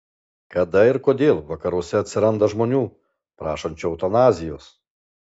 kada ir kodėl vakaruose atsiranda žmonių prašančių eutanazijos